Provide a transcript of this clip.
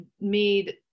made